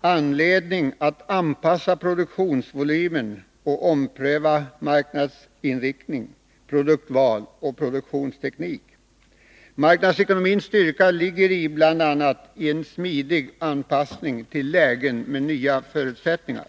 anledning att anpassa produktionsvolymen och ompröva marknadsinriktning, produktval och produktionsteknik. Marknadsekonomins styrka ligger bl.a. i en smidig anpassning till lägen med nya förutsättningar.